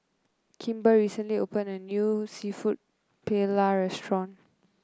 Kimber recently opened a new seafood Paella restaurant